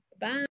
Bye